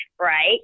right